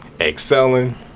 excelling